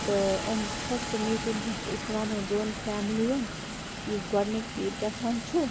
تہٕ یِم first meeting یَتھ أسۍ وَنَو دۄن فیملِیَن یُس گۄڈٕنیک فیٖر گژھان چھُ